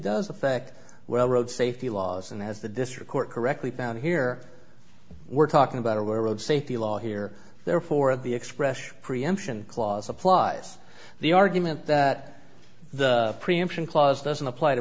does affect well road safety laws and as the district court correctly found here we're talking about a we're road safety law here therefore of the expression preemption clause applies the argument that the preemption clause doesn't apply to